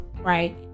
right